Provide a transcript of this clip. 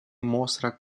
mostra